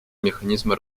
механизма